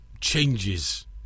changes